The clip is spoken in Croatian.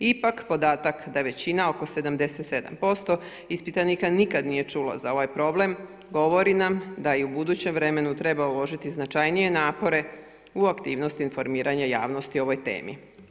Ipak podatak da većina oko 77% ispitanika nikad nije čulo za ovaj problem govori nam da i u budućem vremenu treba uložiti značajnije napore u aktivnosti informiranja javnosti o ovoj temi.